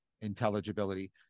intelligibility